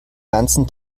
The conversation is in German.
ganzen